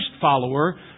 follower